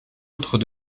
autres